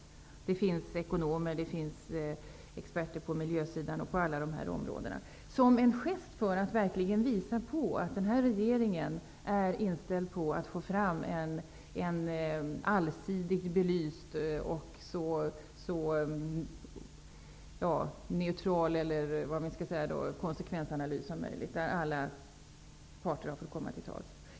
Det finns ekonomer, experter på miljösidan osv. Det skulle kunna vara en gest som visar att den här regeringen är inställd på att få fram en allsidigt belyst och så neutral konsekvensanalys som möjligt där alla parter har fått komma till tals.